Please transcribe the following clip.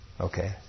Okay